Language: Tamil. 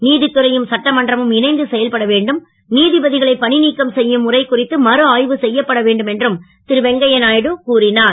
நீதித்துறையும் சட்டமன்றமும் இணைந்து செயல்பட வேண்டும் நீதிபதிகளை பணிநீக்கம் செய்யும் முறை குறித்து மறுஆய்வு செய்யப்பட வேண்டும் என்றும் திருவெங்கய்ய நாயுடு கூறினார்